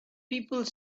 people